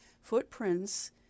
footprints